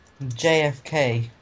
JFK